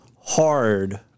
hard